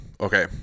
Okay